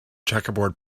checkerboard